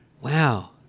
Wow